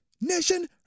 Nation